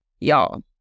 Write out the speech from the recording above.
y'all